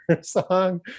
song